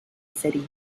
city